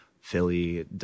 Philly